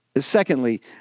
Secondly